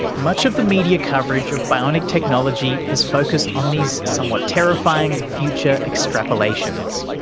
much of the media coverage of bionic technology has focused on these somewhat terrifying future extrapolations,